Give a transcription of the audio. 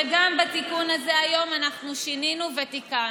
וגם בתיקון הזה היום אנחנו שינינו ותיקנו.